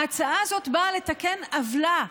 ההצעה הזאת באה לתקן עוולה,